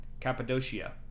Cappadocia